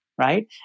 right